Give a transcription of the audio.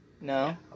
No